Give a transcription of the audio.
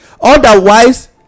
Otherwise